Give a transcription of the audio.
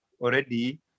already